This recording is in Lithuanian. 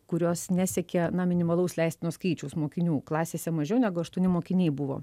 kurios nesiekia na minimalaus leistino skaičiaus mokinių klasėse mažiau negu aštuoni mokiniai buvo